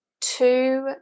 two